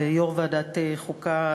ליו"ר ועדת החוקה,